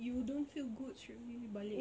you don't feel good straight away balik